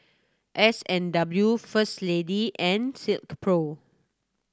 S and W First Lady and Silkpro